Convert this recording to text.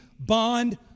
Bond